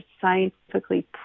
scientifically